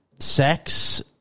sex